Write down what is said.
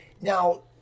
now